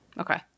Okay